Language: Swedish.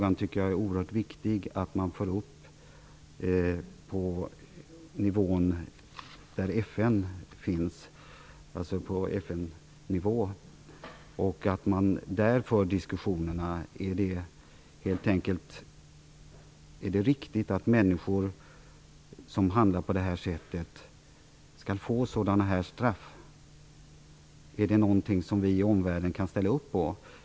Jag tycker att det är oerhört viktigt att man för upp frågan till FN-nivå och där för diskussioner. Är det riktigt att människor som handlar på det sättet skall få sådana här straff? Är det något som vi i omvärlden kan ställa upp på?